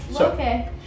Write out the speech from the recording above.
Okay